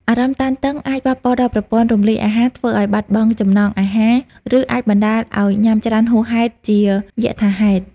អារម្មណ៍តានតឹងអាចប៉ះពាល់ដល់ប្រព័ន្ធរំលាយអាហារ ធ្វើឲ្យបាត់បង់ចំណង់អាហារ ឬអាចបណ្ដាលឲ្យញ៉ាំច្រើនហួសហេតុជាយថាហេតុ។